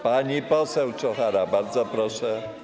Pani poseł Czochara, bardzo proszę.